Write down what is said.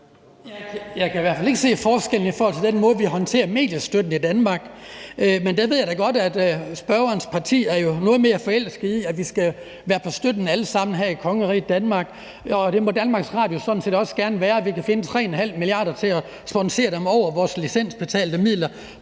Jeg kan i hvert fald ikke se forskellen i forhold til den måde, vi håndterer mediestøtten i Danmark på. Men der ved jeg da godt, at spørgerens parti jo er noget mere forelsket i, at vi skal være på støtten alle sammen her i kongeriget Danmark, og det må DR sådan set også gerne være, og vi kan finde 3,5 mia. kr. til at sponsere dem med vores licensbetaling